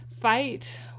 fight